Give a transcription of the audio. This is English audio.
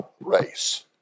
race